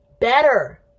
better